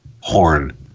horn